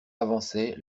avançait